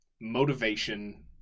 motivation